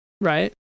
Right